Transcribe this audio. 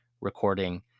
recording